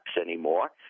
anymore